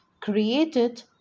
created